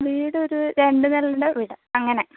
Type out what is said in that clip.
വീട് ഒരു രണ്ട് നിലേൻ്റെ വീട് അങ്ങനെ